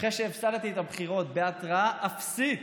אחרי שהפסדתי בבחירות, "בהתראה אפסית